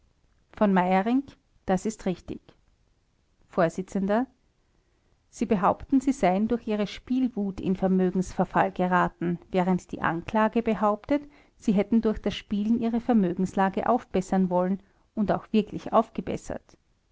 v m das ist richtig vors sie behaupten sie seien durch ihre spielwut in vermögensverfall geraten während die anklage behauptet sie hätten durch das spielen ihre vermögenslage aufbessern wollen und auch wirklich aufgebessert